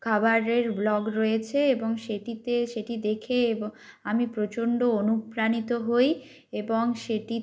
খাবারের ভ্লগ রয়েছে এবং সেটিতে সেটি দেখে এবং আমি প্রচণ্ড অনুপ্রাণিত হই এবং সেটি